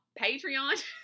Patreon